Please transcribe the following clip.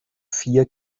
vier